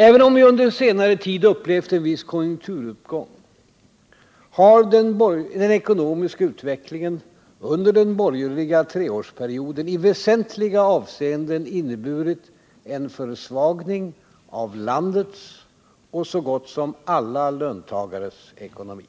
Även om vi under senare tid upplevt en viss konjunkturuppgång har den ekonomiska utvecklingen under den borgerliga treårsperioden i väsentliga avseenden inneburit en försvagning av landets och så gott som alla löntagares ekonomi.